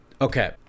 Okay